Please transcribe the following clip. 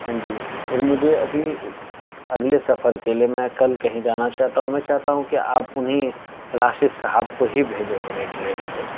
ہاں جی پھر مجھے ابھی اگلے سفر کے لیے میں کل کہیں جانا چاہتا ہوں میں چاہتا ہوں کہ آپ انہیں راشد صاحب کو ہی بھیجیں میرے ایڈریس پہ